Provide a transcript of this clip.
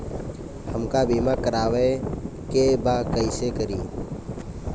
हमका बीमा करावे के बा कईसे करी?